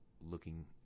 looking